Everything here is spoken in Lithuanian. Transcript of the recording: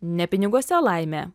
ne piniguose laimė